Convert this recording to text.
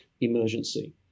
emergency